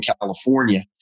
California